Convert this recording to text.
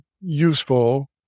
useful